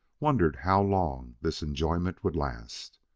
wondered how long this enjoyment would last.